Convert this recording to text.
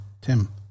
Tim